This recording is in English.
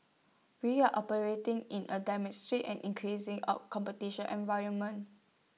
we are operating in A and increasingly competitive environment